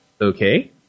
okay